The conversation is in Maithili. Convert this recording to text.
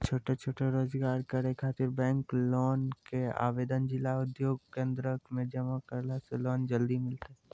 छोटो छोटो रोजगार करै ख़ातिर बैंक लोन के आवेदन जिला उद्योग केन्द्रऽक मे जमा करला से लोन जल्दी मिलतै?